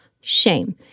Shame